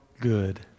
good